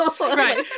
Right